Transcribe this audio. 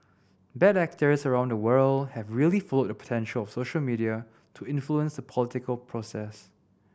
bad actors around the world have really followed the potential of social media to influence the political process